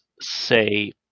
say